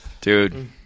dude